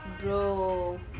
bro